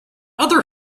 other